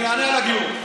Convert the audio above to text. אני אענה על הגיור.